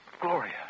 Gloria